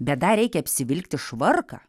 bet dar reikia apsivilkti švarką